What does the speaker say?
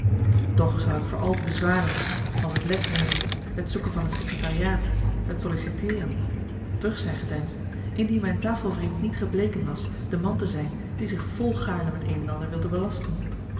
toch zou ik voor al de bezwaren als het lesnemen het zoeken van een secretariaat het solliciteeren terug zijn gedeinsd indien mijn tafelvriend niet gebleken was de man te zijn die zich volgaarne met een en ander wilde belasten